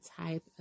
type